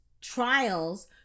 trials